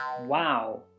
Wow